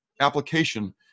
application